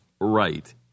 Right